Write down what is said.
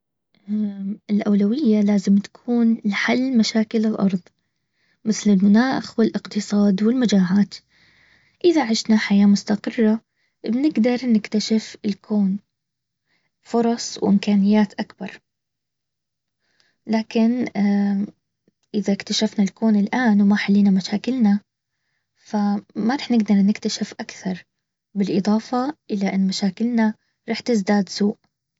الاولوية لازم تكون لحل مشاكل الارض. مثل المناخ والاقتصاد والمجاعات. اذا عشنا حياة مستقرة بنقدر نكتشف الكون. فرص وامكانيات اكبر. لكن اذا اكتشفت الان وما حلينا مشاكلنا. فما راح نقدر نكتشف اكثر. بالاضافة الى ان مشاكلنا راح تزداد سوء